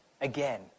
again